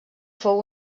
fou